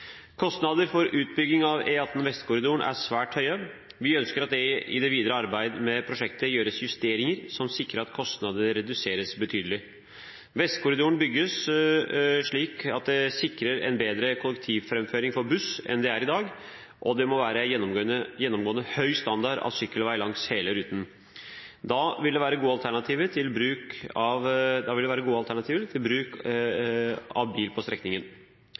for utbygging av E18 Vestkorridoren er svært høye. Vi ønsker at det i det videre arbeidet med prosjektet gjøres justeringer som sikrer at kostnadene reduseres betydelig. Vestkorridoren bygges slik at det sikrer en bedre kollektivframføring for buss enn det det er i dag, og det må være gjennomgående høy standard av sykkelvei langs hele ruten. Da vil det være gode alternativer til bruk av bil på strekningen. På store veier mener Venstre at det